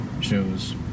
shows